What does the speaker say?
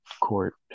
court